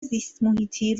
زیستمحیطی